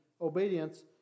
obedience